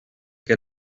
que